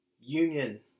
union